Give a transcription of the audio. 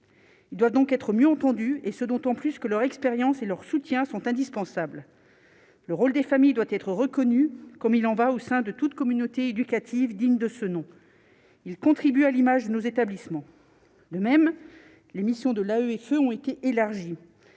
Il doit donc être mieux entendus et ce dont ont plus que leur expérience et leurs soutiens sont indispensables le rôle des familles doit être reconnu comme il en va, au sein de toutes communautés éducatives digne de ce nom, il contribue à l'image de nos établissements, de même les missions de la AEF feux ont été élargies,